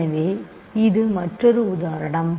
எனவே இது மற்றொரு உதாரணம்